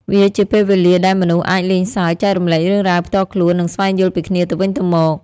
វាជាពេលវេលាដែលមនុស្សអាចលេងសើច ចែករំលែករឿងរ៉ាវផ្ទាល់ខ្លួន និងស្វែងយល់ពីគ្នាទៅវិញទៅមក។